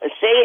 say